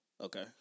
Okay